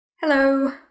hello